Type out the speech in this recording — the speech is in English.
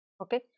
Okay